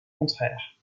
contraire